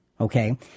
Okay